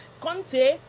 Conte